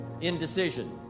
indecision